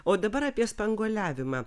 o dabar apie spanguoliavimą